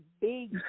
big